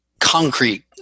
Concrete